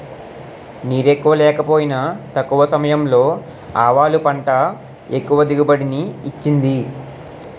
నీరెక్కువ లేకపోయినా తక్కువ సమయంలో ఆవాలు పంట ఎక్కువ దిగుబడిని ఇచ్చింది